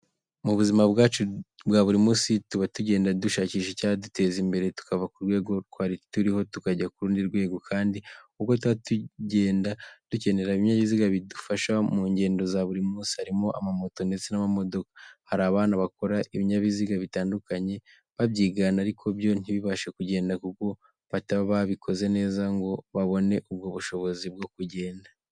Mu buzima bwacu bwa buri munsi tuba tugenda dushakisha icyaduteza imbere tukava ku rwego twari turiho tukajya kurundi rwego, kandi uko tuba tugenda dukenera ibinyabuziga bidufasha mu ngendo za buri munsi, harimo amamoto ndetse n'amamodoka. Hari abana bakora ibinyabiziga bitandukanye babyigana ariko byo ntibibashe kugenda kuko bataba babikoze neza ngo babone ubwo bushobozi bwo kugenda.